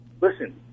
Listen